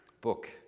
book